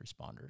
responders